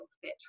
fit